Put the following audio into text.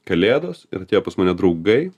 kalėdos ir atėjo pas mane draugai